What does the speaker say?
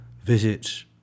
Visit